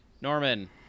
Norman